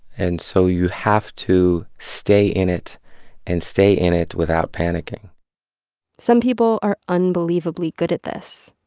and so you have to stay in it and stay in it without panicking some people are unbelievably good at this,